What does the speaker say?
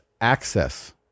access